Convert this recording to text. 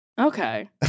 Okay